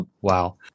Wow